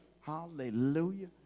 Hallelujah